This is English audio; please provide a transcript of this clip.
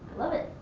love it.